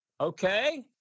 okay